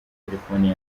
telefoni